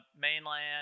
mainland